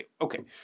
Okay